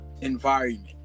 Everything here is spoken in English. environment